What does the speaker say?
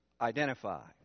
identify